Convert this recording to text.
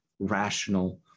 rational